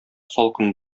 салкын